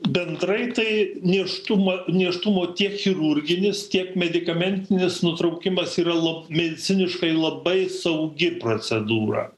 bendrai tai nėštumo nėštumo tiek chirurginis tiek medikamentinis nutraukimas yra la mediciniškai labai saugi procedūra